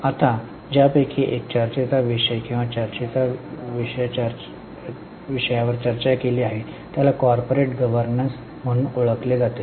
आता ज्यापैकी एक चर्चेचा विषय किंवा चर्चेचा विषय चर्चा केला आहे त्याला कॉर्पोरेट गव्हर्नन्स म्हणून ओळखले जाते